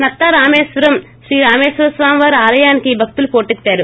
నత్తారామేశ్వరం శ్రీరామేశ్వరస్వామీవారి ఆలయానికి భక్తులు పోటెత్తారు